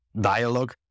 dialogue